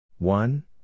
One